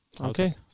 Okay